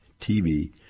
TV